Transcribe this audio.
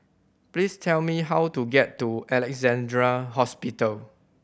please tell me how to get to Alexandra Hospital